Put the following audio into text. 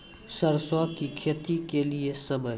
सरसों की खेती के लिए समय?